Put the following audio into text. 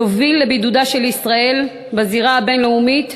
יוביל לבידודה של ישראל בזירה הבין-לאומית,